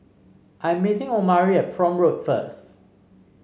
I'm meeting Omari at Prome Road first